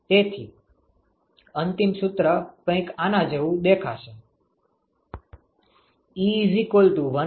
તેથી અંતિમ સુત્ર કંઈક આના જેવું દેખાશે